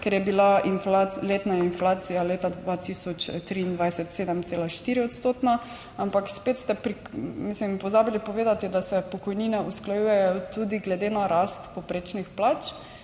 ker je bila letna inflacija leta 2023, 7,4 odstotna, ampak spet ste, mislim, pozabili povedati, da se pokojnine usklajujejo tudi glede na rast povprečnih plač,